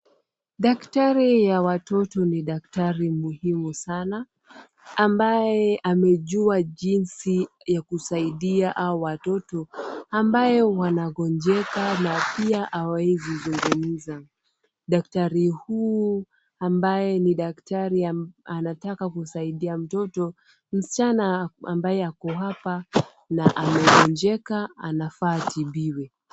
Daktari ya watoto ni daktari muhimu sana, ambaye amejua jinsi ya kusaidia hawa watoto ambayo wanagonjeka na pia hawaezi zungumza. Daktari huu ambaye ni daktari anataka kumsaidia mtoto msichana ambaye ako hapa na amegonjeka anafaa atibiwe.